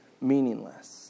meaningless